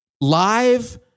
live